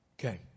Okay